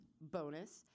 bonus